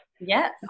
Yes